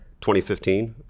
2015